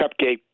Cupcake